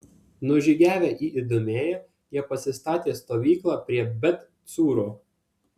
nužygiavę į idumėją jie pasistatė stovyklą prie bet cūro